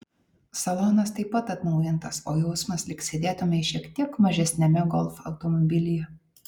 salonas taip pat atnaujintas o jausmas lyg sėdėtumei šiek tiek mažesniame golf automobilyje